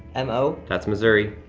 and mo? that's missouri.